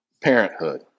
Parenthood